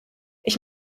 ich